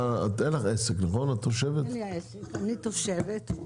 אין לי עסק, אני תושבת.